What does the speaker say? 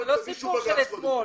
זה לא ויכוח מאתמול.